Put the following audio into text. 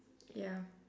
ya